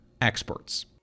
experts